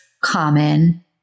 common